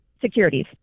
Securities